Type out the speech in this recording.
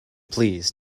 please